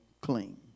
clean